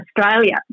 Australia